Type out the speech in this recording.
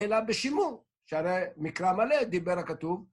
אלא בשימור, שהרי מקרא מלא דיבר הכתוב.